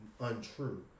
untrue